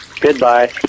Goodbye